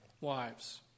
Wives